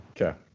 Okay